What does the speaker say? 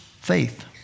faith